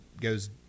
goes